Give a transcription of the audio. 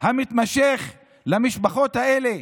המתמשך למשפחות האלה,